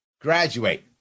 graduate